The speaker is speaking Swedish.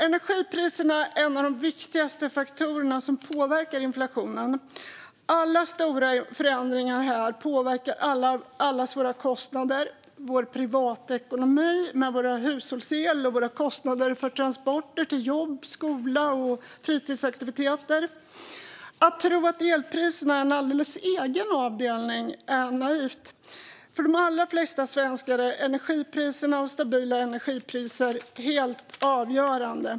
Energipriserna är en av de viktigaste faktorerna som påverkar inflationen. Alla stora förändringar här påverkar allas våra kostnader. De påverkar vår privatekonomi med vår hushållsel och våra kostnader för transporter till jobb, skola och fritidsaktiviteter. Att tro att elpriserna är en alldeles egen avdelning är naivt. För de allra flesta svenskar är energipriserna och stabila energipriser helt avgörande.